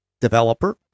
developer